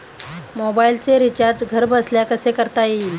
मोबाइलचे रिचार्ज घरबसल्या कसे करता येईल?